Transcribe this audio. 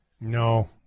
No